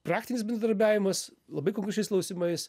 praktinis bendradarbiavimas labai konkrečiais klausimais